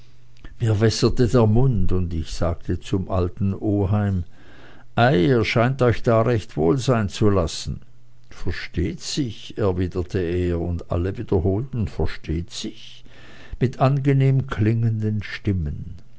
der mund und ich sagte zum alten oheim ei ihr scheint euch da recht wohl sein zu lassen versteht sich erwiderte er und alle wiederholten versteht sich mit angenehm klingenden stimmen